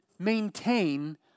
maintain